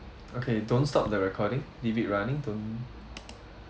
okay don't stop the recording leave it running don't